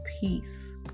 peace